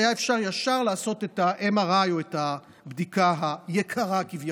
אפשר היה ישר לעשות את ה-MRI או את הבדיקה היקרה כביכול.